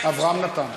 אברהם נתן.